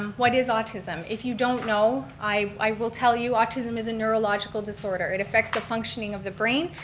what is autism? if you don't know, i will tell you autism is a neurological disorder. it affects the functioning of the brain.